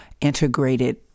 integrated